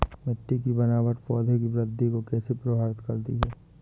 मिट्टी की बनावट पौधों की वृद्धि को कैसे प्रभावित करती है?